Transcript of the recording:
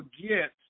forget